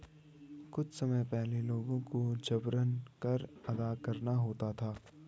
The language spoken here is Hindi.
कुछ समय पहले लोगों को जबरन कर अदा करना होता था